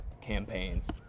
campaigns